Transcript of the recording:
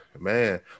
man